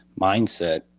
mindset